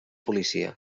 policia